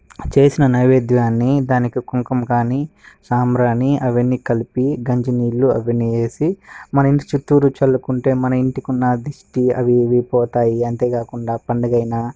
చేసిన నైవేద్యాన్ని దానికి కుంకుమ కానీ సాంబ్రాణి అవన్నీ కలిపి గంజి నీళ్ళు అవన్నీ వేసి మన ఇంటి చుట్టు చల్లుకుంటే మన ఇంటికి ఉన్న దిష్టి అవి ఇవి పోతాయి అంతేకాకుండా పండుగ అయినా